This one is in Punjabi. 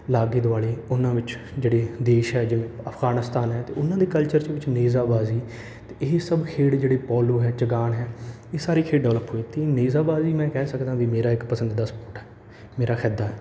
ਲਾਗੇ ਦੁਆਲੇ ਉਹਨਾਂ ਵਿੱਚ ਜਿਹੜੇ ਦੇਸ਼ ਹੈ ਜਿਵੇ ਅਫਗਾਨਿਸਤਾਨ ਹੈ ਅਤੇ ਉਹਨਾਂ ਦੇ ਕਲਚਰ ਵਿਚ ਨੇਜਾ ਬਾਜੀ ਅਤੇ ਇਹ ਸਭ ਖੇਡ ਜਿਹੜੇ ਪੋਲੋ ਹੈ ਚੁਗਾਨ ਹੈ ਇਹ ਸਾਰੇ ਖੇਡ ਡਿਵੈਪਲ ਹੋਏ ਅਤੇ ਨੇਜਾਬਾਜੀ ਮੈਂ ਕਹਿ ਸਕਦਾ ਵੀ ਮੇਰਾ ਇੱਕ ਪੰਸਦੀਦਾ ਸਪੋਰਟ ਹੈ ਮੇਰਾ